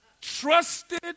trusted